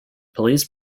police